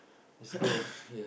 lets go